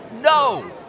No